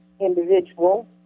individual